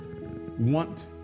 want